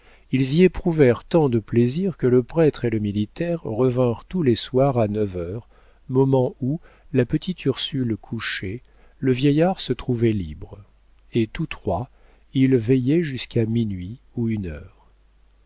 ils y éprouvèrent tant de plaisir que le prêtre et le militaire revinrent tous les soirs à neuf heures moment où la petite ursule couchée le vieillard se trouvait libre et tous trois ils veillaient jusqu'à minuit ou une heure